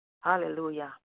Hallelujah